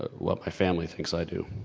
ah what my family thinks i do.